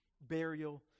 burial